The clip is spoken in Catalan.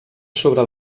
sobre